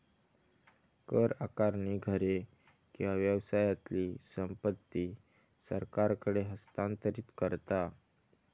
कर आकारणी घरे किंवा व्यवसायातली संपत्ती सरकारकडे हस्तांतरित करता